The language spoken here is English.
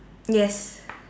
yes